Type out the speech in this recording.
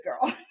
girl